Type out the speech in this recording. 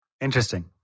Interesting